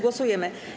Głosujemy.